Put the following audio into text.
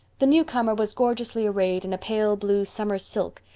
the newcomer was gorgeously arrayed in a pale blue summer silk,